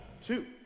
two